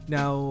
Now